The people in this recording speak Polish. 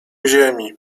ziemi